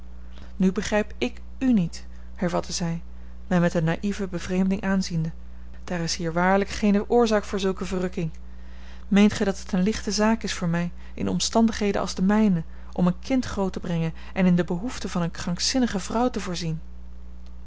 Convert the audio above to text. nu begrijp ik u niet hervatte zij mij met een naïeve bevreemding aanziende daar is hier waarlijk geene oorzaak voor zulke verrukking meent gij dat het eene lichte zaak is voor mij in omstandigheden als de mijne om een kind groot te brengen en in de behoeften van eene krankzinnige vrouw te voorzien